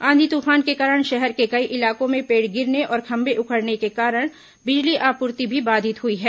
आंधी तूफान के कारण शहर के कई इलाकों में पेड़ गिरने और खंभे उखड़ने के कारण बिजली आपूर्ति भी बाधित हुई है